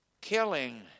killing